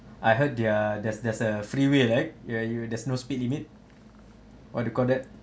I heard their there's there's a freeway right ya you there's no speed limit what they call that